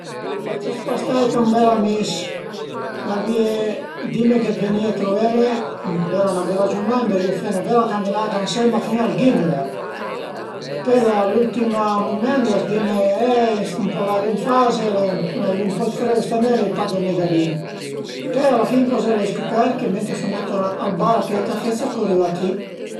Me travai al e ël pensiunà, l'ai pa gnün travai e tüti i travai dë sto mund e cuindi dazu tüt lon ch'a i capita, s'a ie da fe cuaicoza ën famìa da 'na part o da l'auta vist che sun ën tre valade, cuaicoza a ie sempre da fe, ën cust mument ad ezempi sun ën camin chi fazu ün'intervista